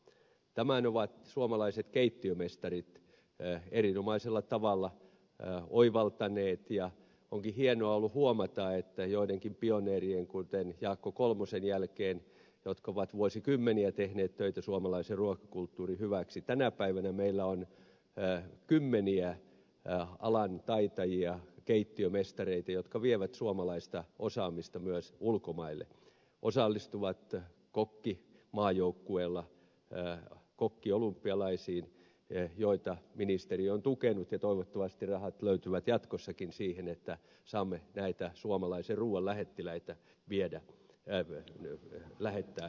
tämän ovat suomalaiset keittiömestarit erinomaisella tavalla oivaltaneet ja onkin hienoa ollut huomata että joidenkin pioneerien kuten jaakko kolmosen jälkeen jotka ovat vuosikymmeniä tehneet töitä suomalaisen ruokakulttuurin hyväksi tänä päivänä meillä on kymmeniä alan taitajia keittiömestareita jotka vievät suomalaista osaamista myös ulkomaille osallistuvat kokkimaajoukkueella kokkiolympialaisiin joita ministeriö on tukenut ja toivottavasti rahat löytyvät jatkossakin siihen että saamme näitä suomalaisen ruuan lähettiläitä lähettää maailmalle